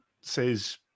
says